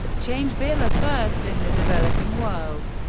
change bill, a first in the developing world,